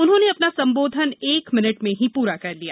उन्होंने अपना संबोधन एक मिनट में ही पूरा कर लिया